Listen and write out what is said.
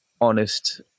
honest